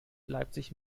leipzig